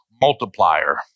multiplier